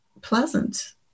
pleasant